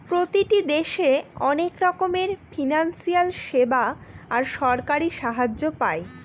প্রতিটি দেশে অনেক রকমের ফিনান্সিয়াল সেবা আর সরকারি সাহায্য পায়